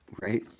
Right